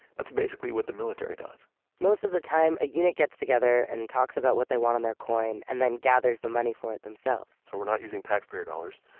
that's basically what the military does most of the time a unit gets together and talks about what they want in their coin and then gathers the money for it themselves so we're not using taxpayer dollars.